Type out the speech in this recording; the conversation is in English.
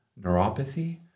neuropathy